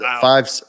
five